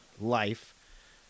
life